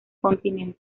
continente